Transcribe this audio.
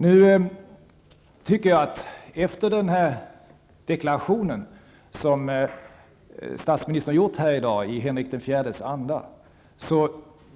Jag tycker att vi efter den deklaration som statsministern gjort här i dag i Henrik den IV:s anda